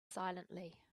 silently